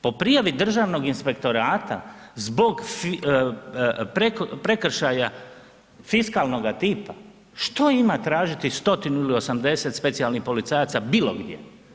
Po prijavi Državnog inspektorata zbog prekršaja fiskalnoga tipa što ima tražiti stotinu ili 80 specijalnih policajaca bilo gdje.